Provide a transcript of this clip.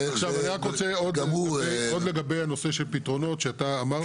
אני רוצה להגיד עוד בנושא הפתרונות שאתה אמרת,